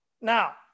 now